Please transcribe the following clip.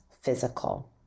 physical